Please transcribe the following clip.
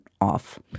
off